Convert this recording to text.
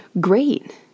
great